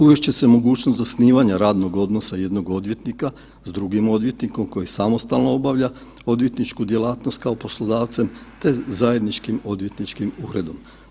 Uvest će se mogućnost zasnivanja radnog odnosa jednog odvjetnika s drugim odvjetnikom koji samostalno obavlja odvjetničku djelatnost kao poslodavcem te zajedničkim odvjetničkim uredom.